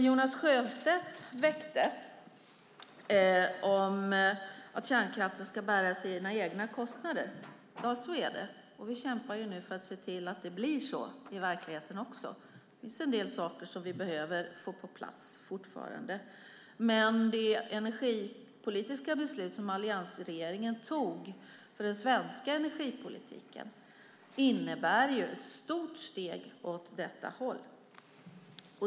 Jonas Sjöstedt väckte en fråga om att kärnkraften ska bära sina egna kostnader. Så är det. Vi kämpar nu för att se till att det blir så i verkligheten också. Det finns fortfarande en del saker som vi behöver få på plats. Men det energipolitiska beslut som alliansregeringen har fattat för den svenska energipolitiken innebär ett stort steg åt detta håll.